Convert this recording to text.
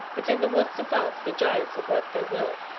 but in the woods, above, the giants had worked their will,